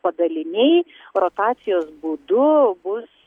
padaliniai rotacijos būdu bus